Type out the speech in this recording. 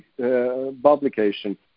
publication